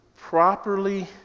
properly